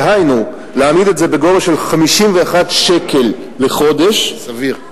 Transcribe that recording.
דהיינו להעמיד את זה בגובה של 51 שקל לחודש, סביר.